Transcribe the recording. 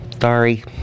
sorry